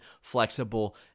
flexible